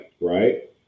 Right